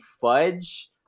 Fudge